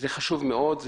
זה חשוב מאוד.